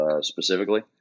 specifically